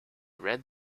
read